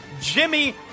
Jimmy